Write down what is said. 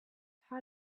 how